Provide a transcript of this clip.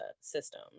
system